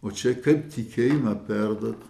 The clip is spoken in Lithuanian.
o čia kaip tikėjimą perduot